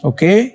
Okay